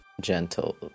gentle